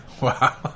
Wow